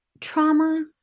trauma